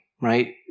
right